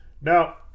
Now